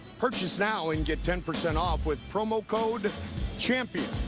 purchase now and get ten percent off with promo code champion.